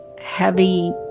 heavy